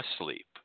asleep